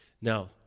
Now